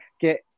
get